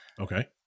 Okay